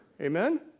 amen